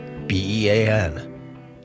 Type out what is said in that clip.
B-E-A-N